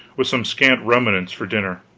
with some scant remnants for dinner,